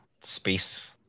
space